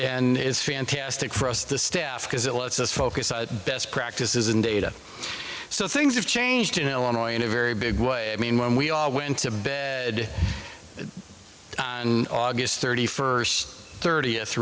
and it's fantastic for us the staff because it lets us focus on best practices and data so things have changed in illinois in a very big way i mean when we all went to bed thirty first thirtieth